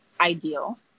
ideal